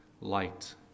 light